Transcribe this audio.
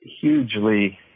hugely